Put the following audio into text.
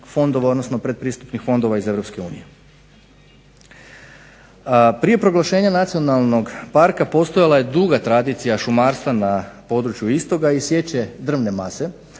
fondova odnosno pretpristupnih fondova iz Europske unije. Prije proglašenja nacionalnog parka postojala je duga tradicija šumarstva na području istoga i sječe drvne mase,